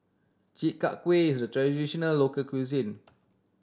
Chi Kak Kuih is a traditional local cuisine